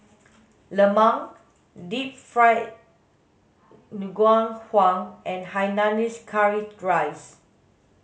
lemang deep fried ngoh hiang and hainanese curry rice